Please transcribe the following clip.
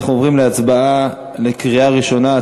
אנחנו עוברים להצבעה בקריאה ראשונה על